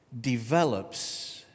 develops